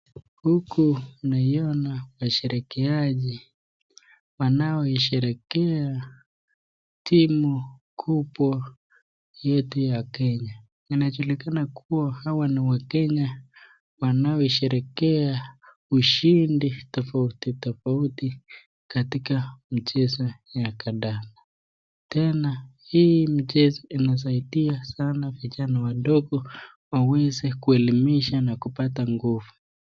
Huku naiona washerekeaji wanaoisherehekea timu kubwa yetu ya Kenya wanajulikana kuwa hawa ni Wakenya wanaosherehekea ushindi tofauti tofauti katika mchezo ya kandanda tena hii mchezo inasaidia sana vijana wadogo waweze kuelimisha na kupata nguvu.